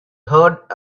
heard